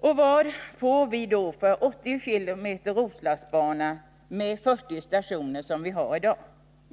Vad får vi då för 80 km Roslagsbana med 40 stationer, som vi har i dag?